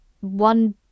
one